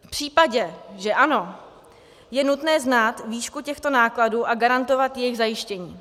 V případě, že ano, je nutné znát výšku těchto nákladů a garantovat jejich zajištění.